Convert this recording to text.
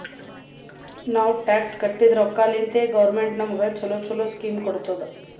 ನಾವ್ ಟ್ಯಾಕ್ಸ್ ಕಟ್ಟಿದ್ ರೊಕ್ಕಾಲಿಂತೆ ಗೌರ್ಮೆಂಟ್ ನಮುಗ ಛಲೋ ಛಲೋ ಸ್ಕೀಮ್ ಕೊಡ್ತುದ್